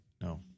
No